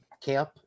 camp